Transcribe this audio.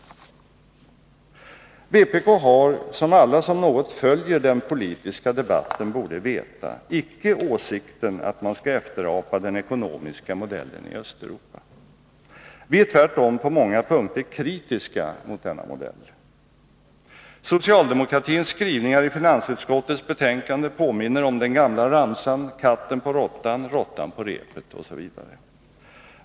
Vpk har, som alla som något följer den politiska debatten borde veta, icke åsikten att man skall efterapa den ekonomiska modellen i Östeuropa. Vi är tvärtom på många punkter kritiska mot denna modell. Socialdemokratins skrivningar i reservationen vid finansutskottets betänkande påminner om den gamla ramsan: katten på råttan, råttan på repet osv.